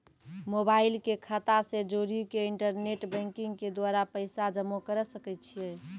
Mobile के खाता से जोड़ी के इंटरनेट बैंकिंग के द्वारा पैसा जमा करे सकय छियै?